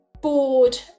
bored